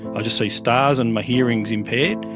i just see stars and my hearing is impaired,